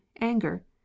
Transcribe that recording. Anger